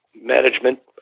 management